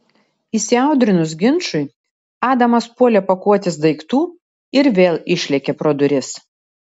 įsiaudrinus ginčui adamas puolė pakuotis daiktų ir vėl išlėkė pro duris